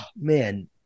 man